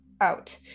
out